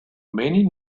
many